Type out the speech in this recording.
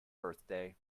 birthday